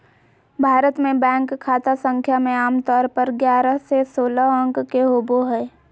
भारत मे बैंक खाता संख्या मे आमतौर पर ग्यारह से सोलह अंक के होबो हय